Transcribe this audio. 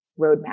roadmap